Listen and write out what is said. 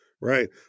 Right